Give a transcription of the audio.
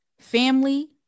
Family